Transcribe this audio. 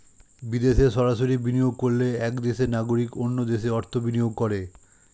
বিদেশে সরাসরি বিনিয়োগ করলে এক দেশের নাগরিক অন্য দেশে অর্থ বিনিয়োগ করে